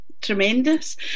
tremendous